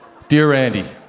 dear, randy,